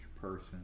person